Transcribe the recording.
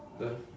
the